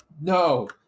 No